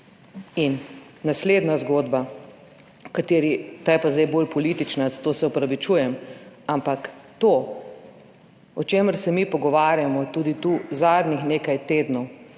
Naslednja zgodba, ta je pa zdaj bolj politična, zato se opravičujem, ampak to, o čemer se mi pogovarjamo tudi tu zadnjih nekaj tednov,